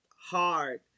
hard